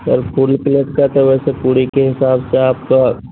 سر full plate کا تو ویسے پوڑی کے حساب سے آپ کا